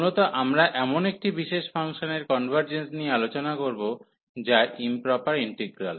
মুলত আমরা এমন একটি বিশেষ ফাংশনের কনভার্জেন্সন নিয়ে আলোচনা করব যা ইম্প্রপার ইন্টিগ্রাল